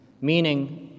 Meaning